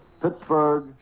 Pittsburgh